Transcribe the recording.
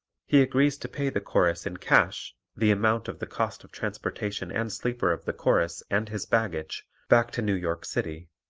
he agrees to pay the chorus in cash the amount of the cost of transportation and sleeper of the chorus and his baggage back to new york city,